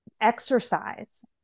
exercise